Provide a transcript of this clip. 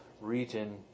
region